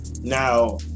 Now